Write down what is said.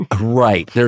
Right